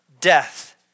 death